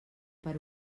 per